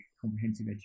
comprehensive